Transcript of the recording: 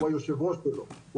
הוא היושב ראש של הפורום.